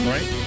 Right